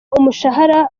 umushahara